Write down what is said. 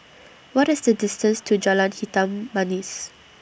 What IS The distance to Jalan Hitam Manis